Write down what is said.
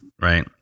Right